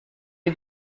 die